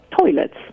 toilets